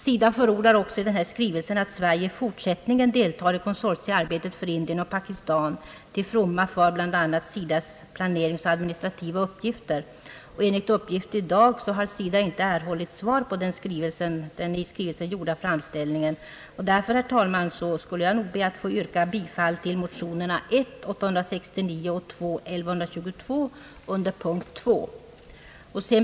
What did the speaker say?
SIDA förordar också i den aktuella skrivelsen att Sverige i fortsättningen deltar i konsortiearbetet för Indien och Pakistan till fromma för bl.a. SIDA:s planeringsoch administrativa uppgifter. Enligt uppgift i dag har SIDA inte erhållit svar på den i skrivelsen gjorda framställningen. Därför, herr talman, kommer jag att yrka bifall till motionerna I: 869 och II: 1122 under punkt 2.